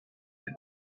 now